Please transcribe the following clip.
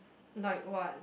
like what